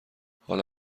حالا